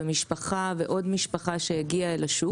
ומשפחה ועוד משפחה שהגיעה אל השוק.